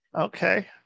Okay